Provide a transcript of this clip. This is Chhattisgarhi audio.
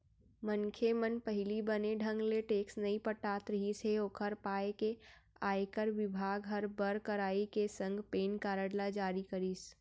मनखे मन पहिली बने ढंग ले टेक्स नइ पटात रिहिस हे ओकर पाय के आयकर बिभाग हर बड़ कड़ाई के संग पेन कारड ल जारी करिस